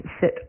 sit